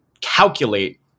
calculate